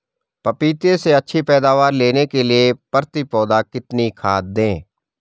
पपीते से अच्छी पैदावार लेने के लिए प्रति पौधा कितनी खाद दें?